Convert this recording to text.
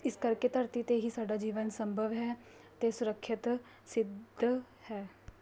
ਇਸ ਕਰਕੇ ਧਰਤੀ 'ਤੇ ਹੀ ਸਾਡਾ ਜੀਵਨ ਸੰਭਵ ਹੈ ਅਤੇ ਸੁਰੱਖਿਅਤ ਸਿੱਧ ਹੈ